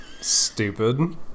stupid